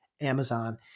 Amazon